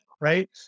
right